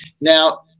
Now